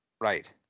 Right